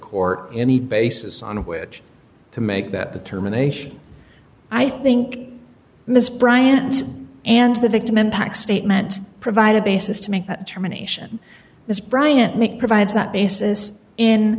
court any basis on which to make that determination i think miss bryant and the victim impact statement provide a basis to make that determination this bryant make provides that basis in